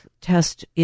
test